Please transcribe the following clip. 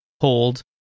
hold